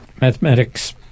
mathematics